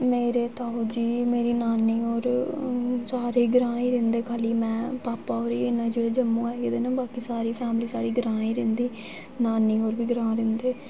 मेरे ताऊ जी मेरी नानी होर सारे ग्रांऽ ई रैह्ंदे खा'ल्ली में भापा होर जेह्ड़े जम्मू आई गेदे न बाकी सारी फैमली साढ़ी ग्रांऽ ई रैह्ंदी नानी होर बी ग्रांऽ रैह्ंदे